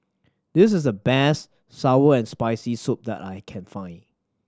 this is the best sour and Spicy Soup that I can find